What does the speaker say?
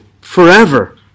forever